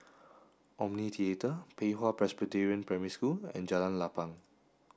Omni Theatre Pei Hwa Presbyterian Primary School and Jalan Lapang